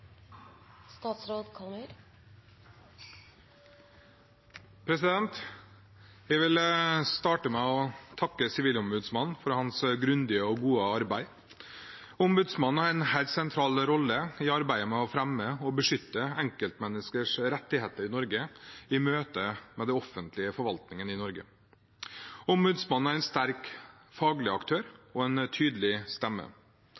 Jeg vil starte med å takke sivilombudsmannen for hans grundige og gode arbeid. Ombudsmannen har en helt sentral rolle i arbeidet med å fremme og beskytte enkeltmenneskers rettigheter i Norge i møte med den offentlige forvaltningen. Ombudsmannen er en sterk faglig aktør og en tydelig stemme.